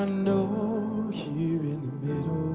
um know here in the middle